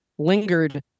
lingered